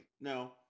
no